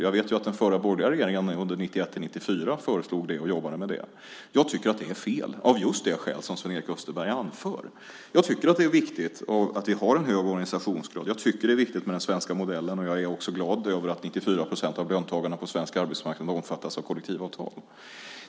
Jag vet att den förra borgerliga regeringen 1991-1994 föreslog det och jobbade med det. Jag tycker att det är fel av just de skäl som Sven-Erik Österberg anför. Jag tycker att det är viktigt att vi har en hög organisationsgrad. Jag tycker att det är viktigt med den svenska modellen. Jag är också glad över att 94 procent av löntagarna på den svenska arbetsmarknaden omfattas av kollektivavtal.